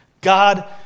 God